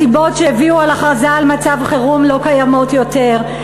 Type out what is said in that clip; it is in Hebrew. הסיבות שהביאו על הכרזה על מצב חירום לא קיימות יותר.